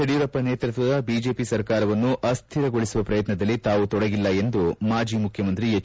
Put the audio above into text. ಯಡಿಯೂರಪ್ಪ ನೇತೃತ್ವದ ಬಿಜೆಪಿ ಸರ್ಕಾರವನ್ನು ಅಕ್ಸಿರಗೊಳಸುವ ಪ್ರಯತ್ವದಲ್ಲಿ ತಾವು ತೊಡಗಿಲ್ಲ ಎಂದು ಮಾಜಿ ಮುಖ್ಯ ಮಂತ್ರಿ ಎಚ್